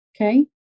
Okay